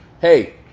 Hey